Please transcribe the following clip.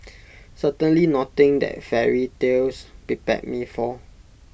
certainly nothing that fairy tales prepared me for